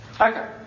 Okay